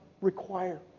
require